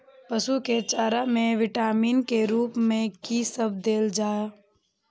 पशु के चारा में विटामिन के रूप में कि सब देल जा?